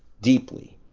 deeply.